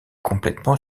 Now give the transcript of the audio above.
complètement